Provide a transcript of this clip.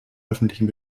öffentlichen